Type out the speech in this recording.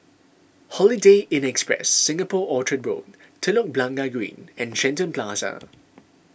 Holiday Inn Express Singapore Orchard Road Telok Blangah Green and Shenton Plaza